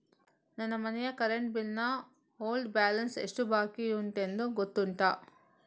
ನನ್ನ ಮನೆಯ current bill ನ ಓಲ್ಡ್ ಬ್ಯಾಲೆನ್ಸ್ ಎಷ್ಟು ಬಾಕಿಯುಂಟೆಂದು ಗೊತ್ತುಂಟ?